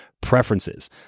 preferences